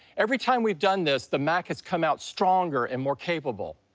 every time we've done this, the mac has come out stronger and more capable.